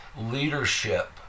leadership